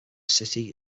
city